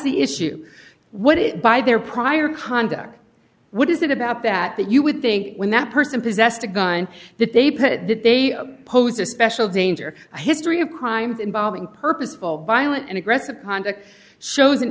the issue what is by their prior conduct what is it about that that you would think when that person possessed a gun that they put that they pose a special danger a history of crimes involving purposeful violent and aggressive conduct shows an